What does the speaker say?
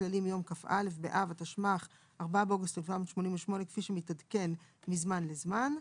כללי מיום כ"א באב התשמ"ח (4 באוגוסט 1988); כפי שמתעדכן מזמן לזמן;